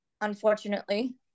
unfortunately